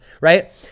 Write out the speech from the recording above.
Right